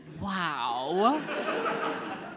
wow